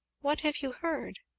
what have you heard?